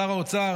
שר האוצר,